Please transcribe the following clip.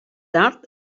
tard